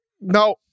No